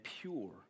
pure